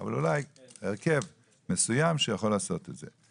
אבל אולי הרכב מסוים שיכול לעשות את זה.